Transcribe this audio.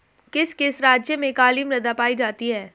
किस किस राज्य में काली मृदा पाई जाती है?